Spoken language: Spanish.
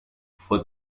fue